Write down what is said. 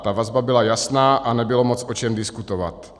Ta vazba byla jasná a nebylo moc o čem diskutovat.